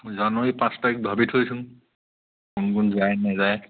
মই জানুৱাৰী পাঁচ তাৰিখ ভাবি থৈছোঁ কোন কোন যায় নাযায়